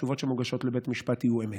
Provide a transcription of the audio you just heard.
שהתשובות שמוגשות לבית המשפט יהיו אמת.